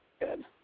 good